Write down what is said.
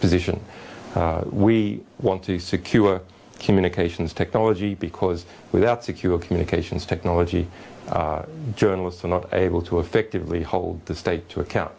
n we want to secure communications technology because without secure communications technology journalists are not able to effectively hold the state to account